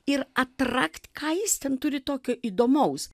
ir atrakt ką jis ten turi tokio įdomaus